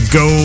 go